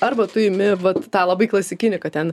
arba tu imi vat tą labai klasikinį kad ten